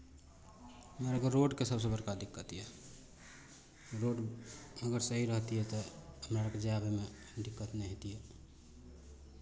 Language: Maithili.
हमरा आरके रोडके सभसँ बड़का दिक्कत यए रोड अगर सही रहतियै तऽ हमरा आरकेँ जाय आबयमे दिक्कत नहि हेतियै